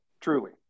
truly